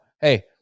hey